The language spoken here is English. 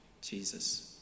Jesus